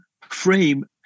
frame